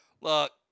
Look